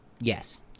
yes